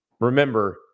Remember